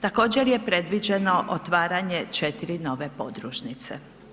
Također je predviđeno otvaranje 4 nove podružnice.